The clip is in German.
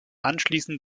anschließen